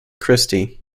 christie